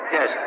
Yes